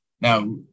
now